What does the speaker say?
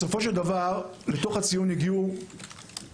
בסופו של דבר לתוך הציון הגיעו משני